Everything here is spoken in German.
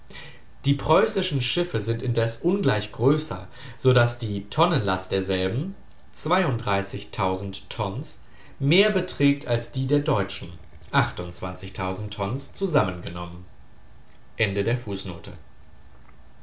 die preußischen schiffe sind indes ungleich größer so daß die tonnenlast derselben toms mehr beträgt als die der deutschen tons zusammengenommen